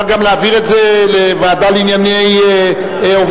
אני מציעה לוועדה לקידום מעמד